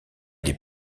des